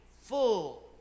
full